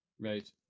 right